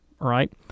right